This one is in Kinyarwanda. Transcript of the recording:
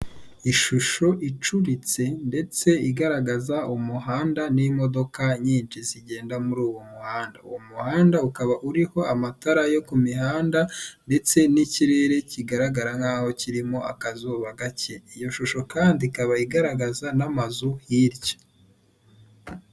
Ishusho icuritse ndetse igaragaza umuhanda n'imodoka nyinshi zigenda muri uwo muhanda uwo muhanda ukaba uriho amatara yo ku mihanda ndetse n'ikirere kigaragara nkaho kirimo akazuba gake iyo shusho kandi ikaba igaragaza n'amazu hirya.